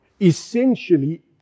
Essentially